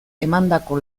emandako